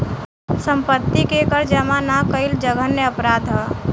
सम्पत्ति के कर जामा ना कईल जघन्य अपराध ह